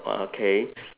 okay